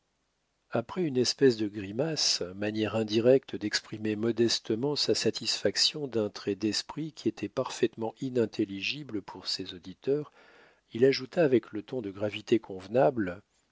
après une espèce de grimace manière indirecte d'exprimer modestement sa satisfaction d'un trait d'esprit qui était parfaitement inintelligible pour ses auditeurs il ajouta avec le ton de gravité convenable